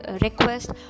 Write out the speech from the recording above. request